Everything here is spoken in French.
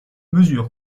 mesure